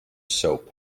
soap